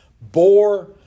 bore